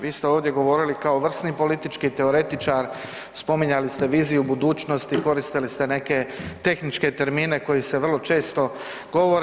Vi ste ovdje govorili kao vrsni politički teoretičar, spominjali ste viziju budućnosti, koristili ste neke tehničke termine koji se vrlo često govore.